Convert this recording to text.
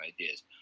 ideas